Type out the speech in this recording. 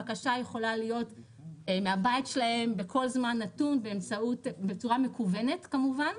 הבקשה יכולה להיות מהבית שלהם בכל זמן נתון בצורה מקוונת כמובן,